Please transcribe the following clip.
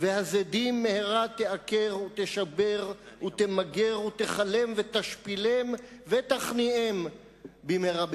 והזדים מהרה תעקר ותשבר ותמגר ותכלם ותשפילם ותכניעם במהרה בימינו.